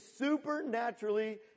supernaturally